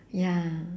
ya